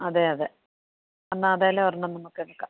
അതെ അതെ എന്നാൽ അതിലെ ഒരെണ്ണം നമക്ക് എടുക്കാം